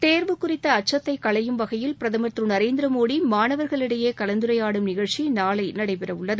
தேர்வு குறித்த அச்சத்தைக் களையும் வகையில் பிரதமர் திரு நரேந்திர மோடி மாணவர்களிடையே கலந்துரையாடும் நிகழ்ச்சி நாளை நடைபெறவுள்ளது